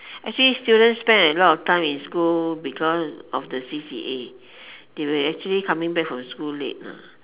actually students spend a lot time in school because of the C_C_A they will actually coming back from school late ah